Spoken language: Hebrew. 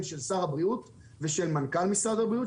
של שר הבריאות ושל מנכ"ל משרד הבריאות,